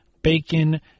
Bacon